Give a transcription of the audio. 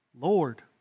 Lord